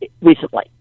recently